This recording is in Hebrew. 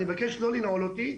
אני מבקש לא לנעול אותי.